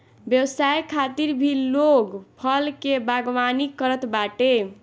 व्यवसाय खातिर भी लोग फल के बागवानी करत बाटे